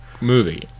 movie